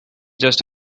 just